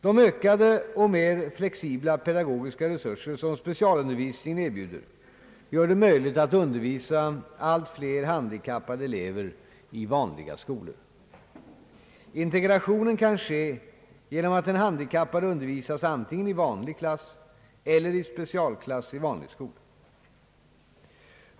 De ökade och mer flexibla pedagogiska resurser som specialundervisningen erbjuder gör det möjligt att undervisa allt fler handikappade elever i vanliga skolor. Integrationen kan ske genom att den handikappade undervisas antingen i vanlig klass eller i specialklass i vanlig skola.